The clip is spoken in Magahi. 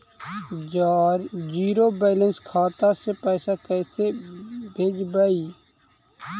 जीरो बैलेंस खाता से पैसा कैसे भेजबइ?